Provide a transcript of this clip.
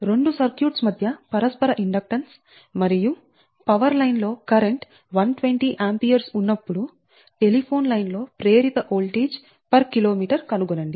2 circuits మధ్య పరస్పర inductance మరియు పవర్ లైన్ లో కరెంట్ 120A ఉన్నప్పుడు టెలిఫోన్ లైన్ లో ప్రేరిత వోల్టేజ్ పర్ కిలోమీటర్ కనుగొనండి